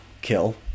kill